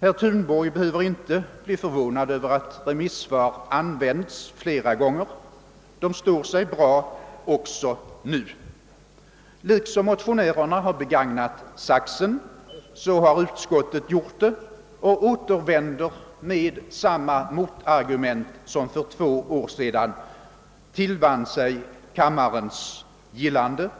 herr Thunborg behöver inte bli förvå nad över att remissvaren används flera gånger — de står sig bra även nu. Liksom motionärerna har begagnat saxen har också utskottet gjort det och återvänder nu med samma motargument som för två år sedan tillvann sig kammarens gillande.